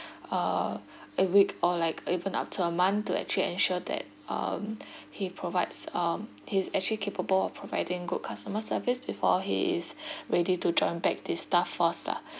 uh a week or like even after a month to actually ensure that um he provides um he is actually capable of providing good customer service before he is ready to join back this staff force lah